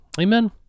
Amen